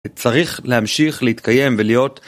צריך להמשיך, להתקיים ולהיות...